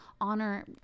honor